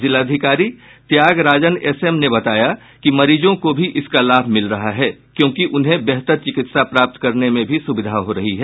जिलाधिकारी Thyagarajan S M ने बताया कि मरीजों को भी इसका लाभ मिल रहा है क्योंकि उन्हें बेहतर चिकित्सा प्राप्त करने में भी सूविधा हो रही है